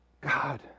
God